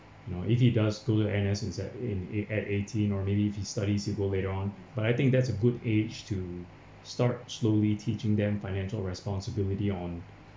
no if he does go to N_S as in at in in at eighteen or maybe if he studies he go later on but I think that's a good age to start slowly teaching them financial responsibility on